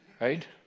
right